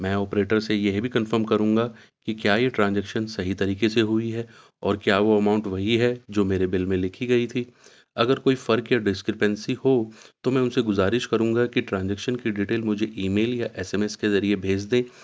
میں آپریٹر سے یہ بھی کنفرم کروں گا کہ کیا یہ ٹرانزیکشن صحیح طریقے سے ہوئی ہے اور کیا وہ اماؤنٹ وہی ہے جو میرے بل میں لکھی گئی تھی اگر کوئی فرق یا ڈسکرپنسی ہو تو میں ان سے گزارش کروں گا کہ ٹرانجیکشن کی ڈیٹیل مجھے ای میل یا ایس ایم ایس کے ذریعے بھیج دیں